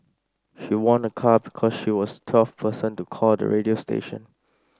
she won a car because she was twelfth person to call the radio station